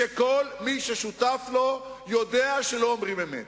שכל מי ששותף לו יודע שלא אומרים אמת.